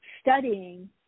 studying